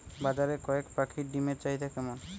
বাজারে কয়ের পাখীর ডিমের চাহিদা কেমন?